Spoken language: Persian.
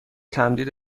تمدید